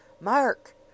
Mark